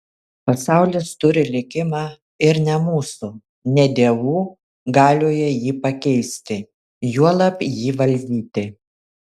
pasaulis turi likimą ir ne mūsų net ne dievų galioje jį pakeisti juolab jį valdyti